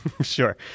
Sure